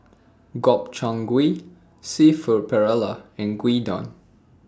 Gobchang Gui Seafood Paella and Gyudon